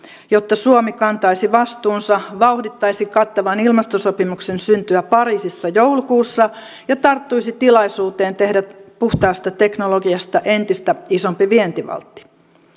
jotta suomi kantaisi vastuunsa vauhdittaisi kattavan ilmastosopimuksen syntyä pariisissa joulukuussa ja tarttuisi tilaisuuteen tehdä puhtaasta teknologiasta entistä isompi vientivaltti